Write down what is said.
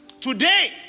today